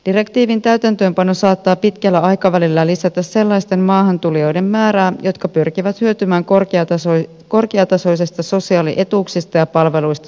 direktiivin täytäntöönpano saattaa pitkällä aikavälillä lisätä sellaisten maahantulijoiden määrää jotka pyrkivät hyötymään korkeatasoisista sosiaalietuuksista ja palveluista suomessa